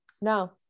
no